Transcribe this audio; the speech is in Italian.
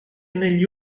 negli